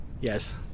Yes